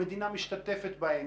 המדינה משתתפת בהם,